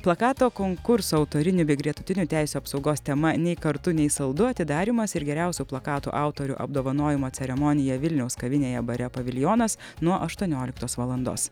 plakato konkurso autorinių bei gretutinių teisių apsaugos tema nei kartu nei saldu atidarymas ir geriausių plakatų autorių apdovanojimo ceremonija vilniaus kavinėje bare paviljonas nuo aštuonioliktos valandos